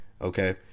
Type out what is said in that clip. Okay